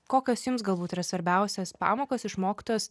kokios jums galbūt yra svarbiausios pamokos išmoktos